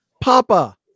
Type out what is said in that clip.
Papa